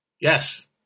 yes